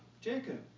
Jacob